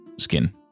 skin